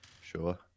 Sure